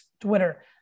Twitter